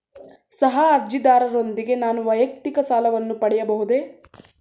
ಸಹ ಅರ್ಜಿದಾರರೊಂದಿಗೆ ನಾನು ವೈಯಕ್ತಿಕ ಸಾಲವನ್ನು ಪಡೆಯಬಹುದೇ?